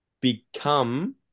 become